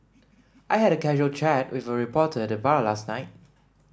I had a casual chat with a reporter at the bar last night